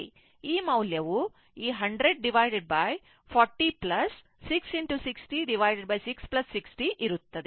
ಈ ಮೌಲ್ಯವು ಈ 100 40 660660 ಇರುತ್ತದೆ